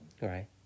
Right